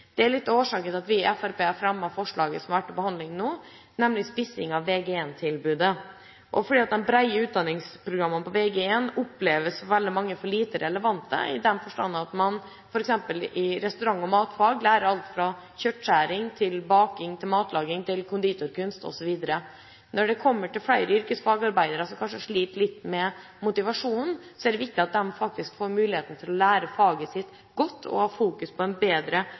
det faget de er ute i lære i. Det er litt av årsaken til at vi i Fremskrittspartiet har fremmet et forslag som har vært til behandling i komiteen nå, nemlig om å spisse Vg1-tilbudet. De brede utdanningsprogrammene på Vg1 oppleves av veldig mange som for lite relevante, i den forstand at man f.eks. i restaurant- og matfag lærer alt fra kjøttskjæring til baking til matlaging til konditorkunst osv. Når det blir flere yrkesfagarbeidere som kanskje sliter litt med motivasjonen, er det viktig at de får muligheten til å lære faget sitt godt og fokuserer på en bedre